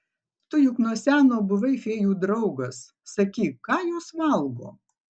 tu juk nuo seno buvai fėjų draugas sakyk ką jos valgo